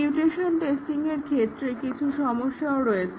mutation টেস্টিংয়ের ক্ষেত্রে কিছু সমস্যাও রয়েছে